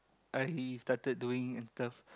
I started doing stuff